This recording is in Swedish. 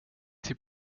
till